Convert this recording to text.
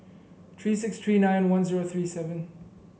three six three nine one zero three seven